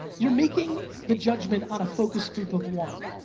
you're making the judgment on a focus group of one.